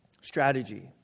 strategy